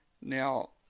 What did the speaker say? Now